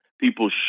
People